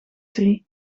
drie